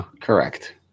Correct